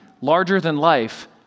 larger-than-life